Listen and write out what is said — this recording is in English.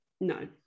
No